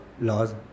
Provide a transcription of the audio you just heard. laws